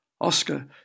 Oscar